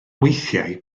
weithiau